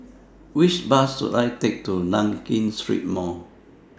Which Bus should I Take to Nankin Street Mall